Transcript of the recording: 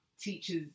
teachers